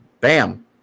Bam